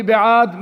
מי בעד?